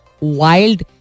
wild